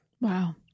Wow